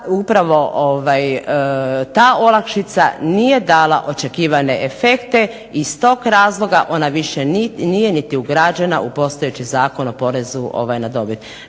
upravo ta olakšica nije dala očekivane efekte i iz tog razloga ona više nije niti ugrađena u postojeći Zakon o porezu na dobit.